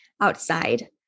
outside